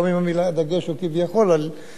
גם אם הדגש הוא כביכול, על התערבות.